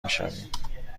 میشویم